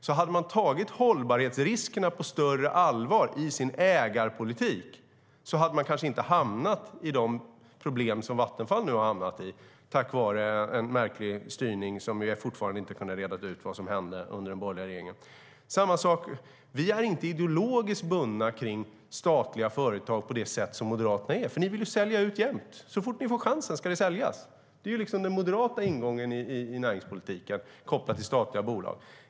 Om man hade tagit hållbarhetsriskerna på större allvar i sin ägarpolitik hade man kanske inte hamnat i de problem som Vattenfall nu har hamnat i, tack vare en märklig styrning som vi fortfarande inte har rett ut under den borgerliga regeringen. Vi socialdemokrater är inte ideologiskt bundna till statliga företag på det sätt som Moderaterna är. Ni vill jämt sälja ut. Så fort ni får chansen ska det säljas. Det är den moderata ingången i näringspolitiken kopplat till statliga bolag.